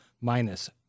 minus